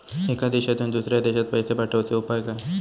एका देशातून दुसऱ्या देशात पैसे पाठवचे उपाय काय?